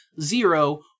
zero